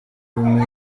ubumenyi